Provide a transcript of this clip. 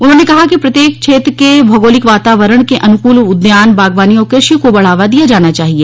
उन्होंने कहा कि प्रत्येक क्षेत्र के भौगोलिक वातावरण के अनुकूल उद्यान बागवानी और कृषि को बढ़ावा दिया जाना चाहिए